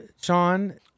Sean